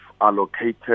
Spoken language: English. allocated